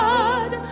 God